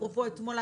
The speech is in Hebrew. אפרופו אתמול,